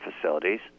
facilities